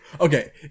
okay